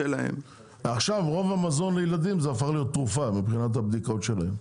עכשיו רוב המזון לילדים הפך להיות תרופה מבחינת הבדיקות שלהם,